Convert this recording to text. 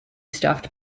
staffed